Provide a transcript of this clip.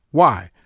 why?